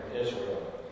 Israel